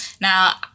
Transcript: Now